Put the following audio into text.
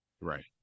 right